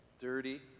dirty